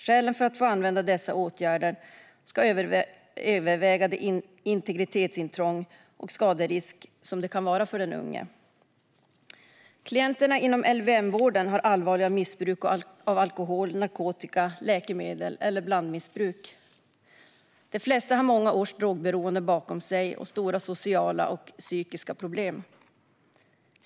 Skälen för att använda dessa åtgärder ska överväga det integritetsintrång och den skaderisk som åtgärderna kan innebära för den unge. Klienterna inom LVM-vården har allvarliga missbruk av alkohol, narkotika eller läkemedel eller någon form av blandmissbruk. De flesta har många års drogberoende bakom sig och stora sociala och psykiska problem.